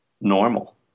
normal